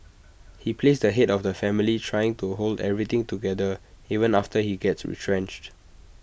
he plays the Head of the family trying to hold everything together even after he gets retrenched